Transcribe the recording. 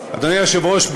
אדוני היושב-ראש,